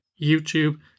YouTube